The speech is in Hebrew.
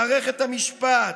מערכת המשפט,